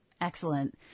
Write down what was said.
Excellent